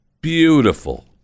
beautiful